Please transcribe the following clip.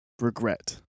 regret